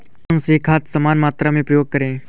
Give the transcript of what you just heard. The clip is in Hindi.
कौन सी खाद समान मात्रा में प्रयोग करें?